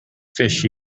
fish